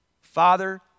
Father